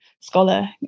scholar